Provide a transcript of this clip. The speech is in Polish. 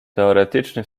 teoretyczny